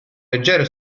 leggero